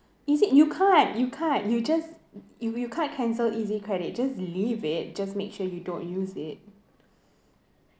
is it you can't you can't you just you you can't cancel EasiCredit just leave it just make sure you don't use it